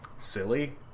silly